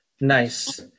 Nice